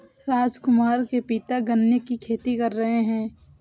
राजकुमार के पिता गन्ने की खेती कर रहे हैं